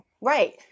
Right